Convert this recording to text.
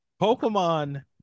Pokemon